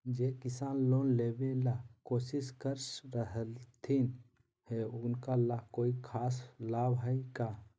जे किसान लोन लेबे ला कोसिस कर रहलथिन हे उनका ला कोई खास लाभ हइ का?